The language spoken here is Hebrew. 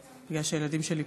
בגלל שהילדים שלי פה.